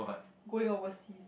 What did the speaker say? going overseas